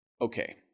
Okay